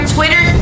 Twitter